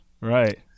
Right